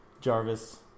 Jarvis